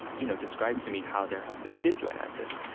you know, described to me how their husbands did join isis.